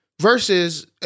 versus